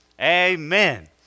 Amen